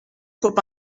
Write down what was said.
trop